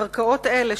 קרקעות אלה,